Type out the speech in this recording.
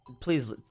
Please